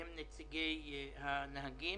נציגי הנהגים.